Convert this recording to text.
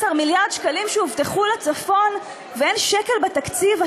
18 מיליארד שקלים שהובטחו לצפון ואין שקל בתקציב?